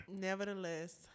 Nevertheless